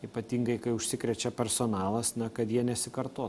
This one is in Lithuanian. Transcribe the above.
ypatingai kai užsikrečia personalas na kad jie nesikartotų